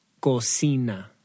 cocina